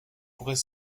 pourrait